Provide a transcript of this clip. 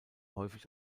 häufig